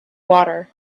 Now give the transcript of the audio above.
water